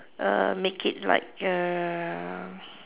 uh make it like err